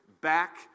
back